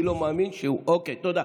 אני לא מאמין שהוא, אוקיי, תודה.